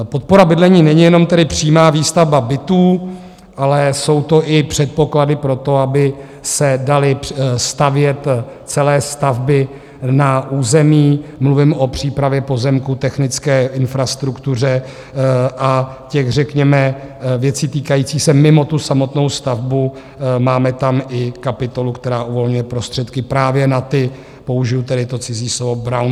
Podpora bydlení není jenom tedy přímá výstavba bytů, ale jsou to i předpoklady pro to, aby se daly stavět celé stavby na území mluvím o přípravě pozemků, technické infrastruktuře a těch řekněme věcí týkajících se... mimo tu samotnou stavbu máme tam i kapitolu, která uvolňuje prostředky právě na ty použiji tedy to cizí slovo brownfieldy.